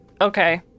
Okay